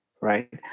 right